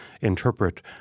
interpret